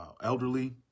elderly